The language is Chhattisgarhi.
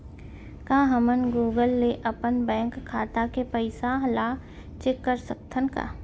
का हमन गूगल ले अपन बैंक खाता के पइसा ला चेक कर सकथन का?